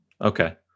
Okay